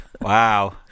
Wow